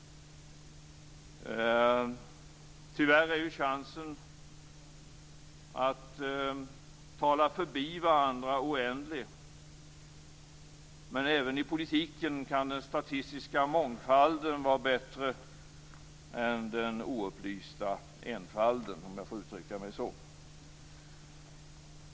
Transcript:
Tyvärr är chanserna att tala förbi varandra oändliga, men även i politiken kan den statistiska mångfalden vara bättre än den oupplysta enfalden, om jag får uttrycka mig så.